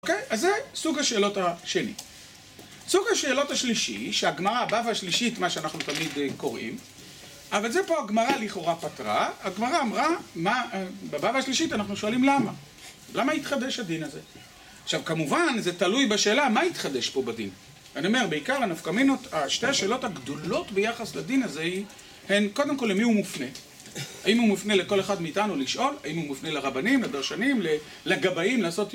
אוקיי? אז זה סוג השאלות השני. סוג השאלות השלישי, שהגמרא, הבבא השלישית, מה שאנחנו תמיד קוראים, אבל זה פה הגמרא לכאורה פתרה. הגמרא אמרה, בבבא השלישית אנחנו שואלים למה. למה התחדש הדין הזה? עכשיו, כמובן, זה תלוי בשאלה מה התחדש פה בדין. אני אומר, בעיקר לנפקמינות, שתי השאלות הגדולות ביחס לדין הזה הן, קודם כול, למי הוא מופנה? האם הוא מופנה לכל אחד מאיתנו לשאול? האם הוא מופנה לרבנים, לדרשנים, לגבאים, לעשות...